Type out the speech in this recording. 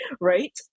Right